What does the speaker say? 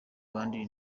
abandi